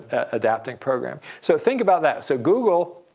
adapting program. so think about that. so google,